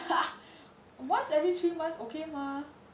once every three months okay mah